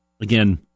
again